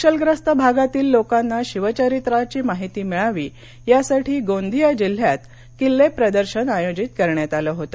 नक्षलग्रस्त भागातील लोकांना शिवचरित्राची माहिती मिळावी यासाठी गोंदिया जिल्ह्यात किल्ले प्रदर्शन आयोजित करण्यात आलं होतं